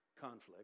conflict